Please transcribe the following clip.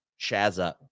Shaza